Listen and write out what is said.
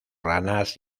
ranas